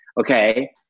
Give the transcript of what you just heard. okay